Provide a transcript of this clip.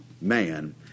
man